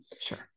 Sure